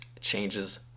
Changes